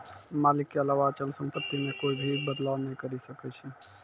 मालिक के अलावा अचल सम्पत्ति मे कोए भी बदलाव नै करी सकै छै